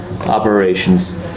operations